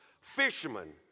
fishermen